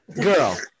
girl